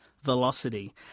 velocity